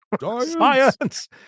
Science